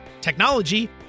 technology